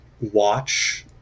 watch